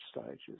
stages